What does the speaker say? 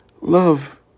love